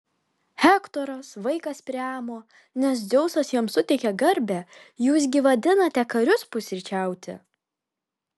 hektoras vaikas priamo nes dzeusas jam suteikė garbę jūs gi vadinate karius pusryčiauti